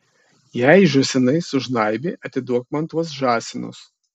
jei žąsinai sužnaibė atiduok man tuos žąsinus